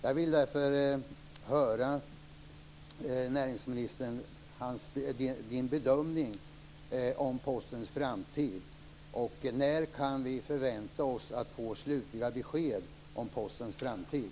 Jag vill därför höra näringsministerns bedömning om Postens framtid. När kan vi förvänta oss att få slutliga besked om Postens framtid?